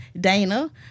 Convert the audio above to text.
Dana